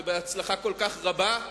ובהצלחה כל כך רבה,